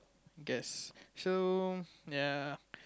guess so ya